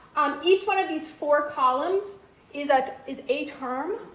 each one of these four columns is ah is a term,